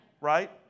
Right